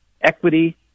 equity